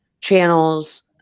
channels